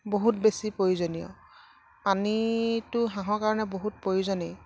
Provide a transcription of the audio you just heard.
বহুত বেছি প্ৰয়োজনীয় পানীটো হাঁহৰ কাৰণে বহুত প্ৰয়োজনে